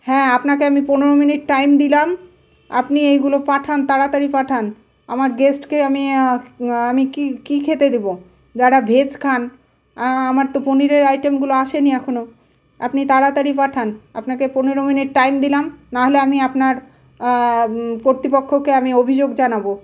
হ্যাঁ আপনাকে আমি পনেরো মিনিট টাইম দিলাম আপনি এইগুলো পাঠান তাড়াতাড়ি পাঠান আমার গেস্টকে আমি আমি কী কী খেতে দেব যারা ভেজ খান আমার তো পনিরের আইটেমগুলো আসেনি এখনো আপনি তাড়াতাড়ি পাঠান আপনাকে পনেরো মিনিট টাইম দিলাম না হলে আমি আপনার কর্তৃপক্ষকে আমি অভিযোগ জানাবো